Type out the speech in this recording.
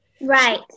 right